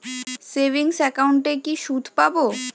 Savings একাউন্টে কি সুদ পাব?